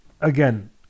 again